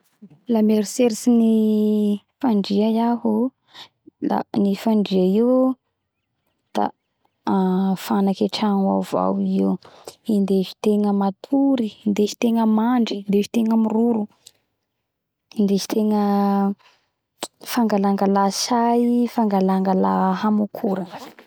La mieritseritsy ny fandria iaho o da i fandria io da an fanaky atrano ao avao i io; indesitegna matory indesitegna mandry indesitegna miroro indesitegna fangalangala say fangalangala hamokora